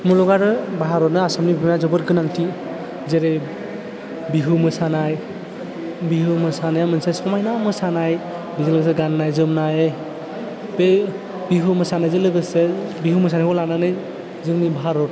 मुलुग आरो भारतनो आसामनि बिराद जोबोद गोनांथि जेरै बिहु मोसानाय बिहु मोसानाया मोनसे समायना मोसानाय बेजों लोगोसे गान्नाय जोमनाय बे बिहु मोसानायजों लोगोसे बिहु मोसानायखौ लानानै जोंनि भारत